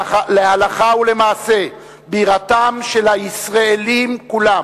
להלכה ולמעשה, בירתם של הישראלים כולם